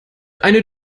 eine